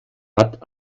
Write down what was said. hat